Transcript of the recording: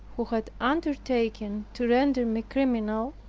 who had undertaken to render me criminal,